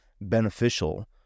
beneficial